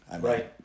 Right